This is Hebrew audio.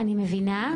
אני מבינה.